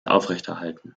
aufrechterhalten